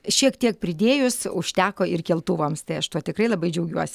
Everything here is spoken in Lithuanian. šiek tiek pridėjus užteko ir keltuvams tai aš tuo tikrai labai džiaugiuosi